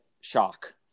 shock